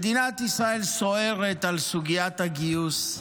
מדינת ישראל סוערת על סוגיית הגיוס,